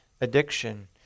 addiction